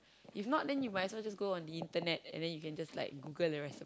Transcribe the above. if not you then you might as well go on the internet then you can just Google the recipes